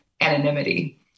anonymity